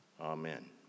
Amen